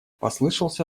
послышался